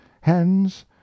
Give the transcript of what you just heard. hens